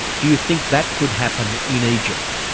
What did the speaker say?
do you think that could happen in egypt?